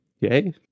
yay